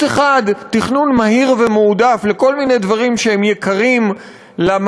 אחד של תכנון מהיר ומועדף לכל מיני דברים שהם יקרים למערכת,